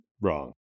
wrong